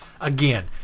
again